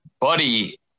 Buddy